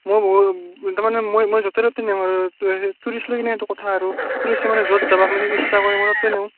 মই বহুত তাৰমানে মই টুৰিষ্ট লৈ কেনে সেইটো কথা আৰু টুৰিষ্টে মানে য'ত যাবাক লাগি ইচ্ছা কৰি মই তাতে নিওঁ